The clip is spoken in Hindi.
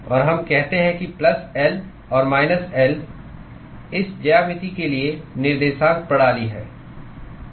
और हम कहते हैं कि प्लस L और माइनस L इस ज्यामिति के लिए निर्देशांक प्रणाली हैं